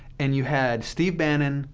and you had steve bannon,